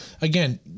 again